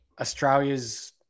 Australia's